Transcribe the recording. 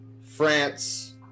France